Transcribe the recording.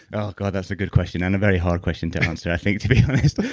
oh god, that's a good question, and a very hard question to answer. i think to be honest,